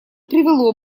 привело